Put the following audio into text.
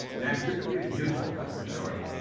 the antipathy is mutual i can assure you